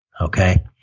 Okay